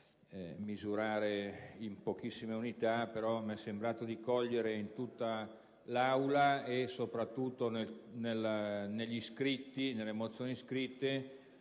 Grazie